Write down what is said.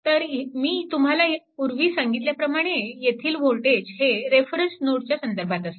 तर मी तुम्हाला पूर्वी सांगितल्याप्रमाणे येथील वोल्टेज हे रेफेरंस नोडच्या संदर्भात असते